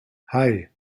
hei